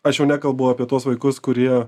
aš jau nekalbu apie tuos vaikus kurie